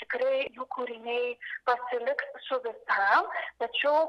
tikrai jų kūriniai pasiliks su visam